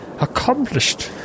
accomplished